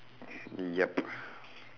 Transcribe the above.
yup